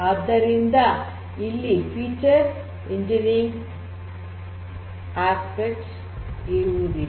ಆದ್ದರಿಂದ ಇಲ್ಲಿ feature engineering aspects ಇರುವುದಿಲ್ಲ